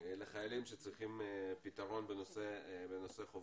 לחיילים שצריכים פתרון בנושא חובות.